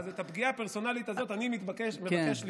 אז את הפגיעה הפרסונלית הזאת אני מבקש לדחות.